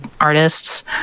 artists